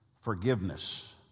forgiveness